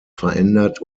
verändert